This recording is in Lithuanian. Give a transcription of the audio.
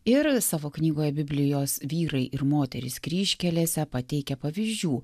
ir savo knygoje biblijos vyrai ir moterys kryžkelėse pateikia pavyzdžių